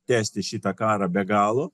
tęsti šitą karą be galo